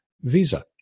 Visa